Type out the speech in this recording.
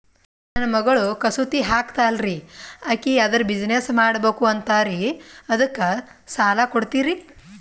ನನ್ನ ಮಗಳು ಕಸೂತಿ ಹಾಕ್ತಾಲ್ರಿ, ಅಕಿ ಅದರ ಬಿಸಿನೆಸ್ ಮಾಡಬಕು ಅಂತರಿ ಅದಕ್ಕ ಸಾಲ ಕೊಡ್ತೀರ್ರಿ?